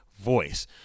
voice